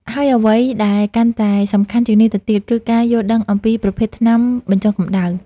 ហើយអ្វីដែលកាន់តែសំខាន់ជាងនេះទៅទៀត គឺការយល់ដឹងអំពីប្រភេទថ្នាំបញ្ចុះកម្តៅ។